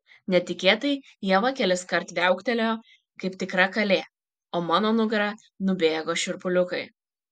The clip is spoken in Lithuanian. netikėtai ieva keliskart viauktelėjo kaip tikra kalė o mano nugara nubėgo šiurpuliukai